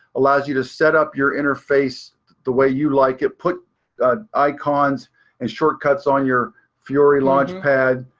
allows you to set up your interface the way you like it, put icons and shortcuts on your fiori launchpad,